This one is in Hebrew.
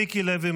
מיקי לוי,